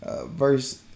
verse